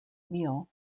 meal